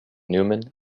newman